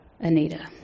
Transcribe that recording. Anita